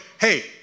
hey